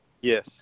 yes